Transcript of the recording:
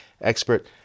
expert